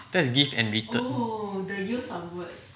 that's give and return